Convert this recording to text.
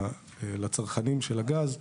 לצרכנים של הגז.